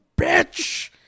bitch